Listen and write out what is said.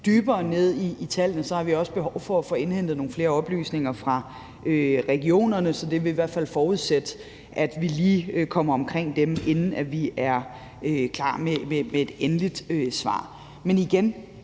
dybere ned i tallene, også behov for at få indhentet nogle flere oplysninger fra regionerne. Så det vil i hvert fald forudsætte, at vi lige kommer omkring dem, inden vi er klar med et endeligt svar.